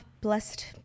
blessed